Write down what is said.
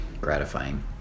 gratifying